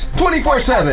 24-7